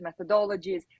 methodologies